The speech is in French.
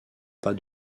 pas